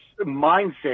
mindset